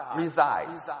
resides